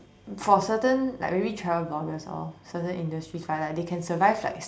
for certain like maybe travel bloggers or certain industries right like they can survive like